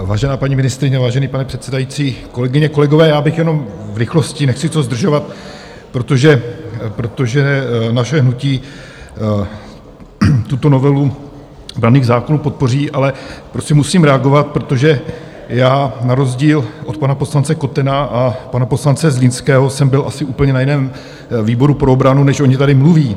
Vážená paní ministryně, vážený pane předsedající, kolegyně, kolegové, já bych jenom v rychlosti, nechci to zdržovat, protože naše hnutí tuto novelu branných zákonů podpoří, ale prostě musím reagovat, protože já na rozdíl od pana poslance Kotena a pana poslance Zlínského jsem byl asi úplně na jiném výboru pro obranu, než oni tady mluví.